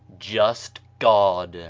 just god,